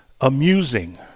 amusing